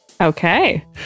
Okay